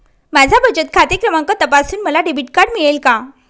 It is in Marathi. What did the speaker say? माझा बचत खाते क्रमांक तपासून मला डेबिट कार्ड मिळेल का?